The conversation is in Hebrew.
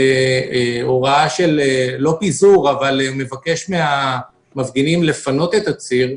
הוראה לא על פיזור אבל מבקש מן המפגינים לפנות את הציר,